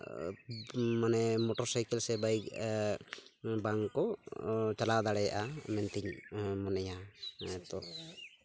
ᱢᱟᱱᱮ ᱢᱚᱴᱚᱨᱥᱟᱭᱠᱮᱞ ᱥᱮ ᱵᱟᱭᱤᱠ ᱵᱟᱝᱠᱚ ᱪᱟᱞᱟᱣ ᱫᱟᱲᱮᱭᱟᱜᱼᱟ ᱢᱮᱱᱛᱤᱧ ᱢᱚᱱᱮᱭᱟ ᱦᱮᱸᱛᱚ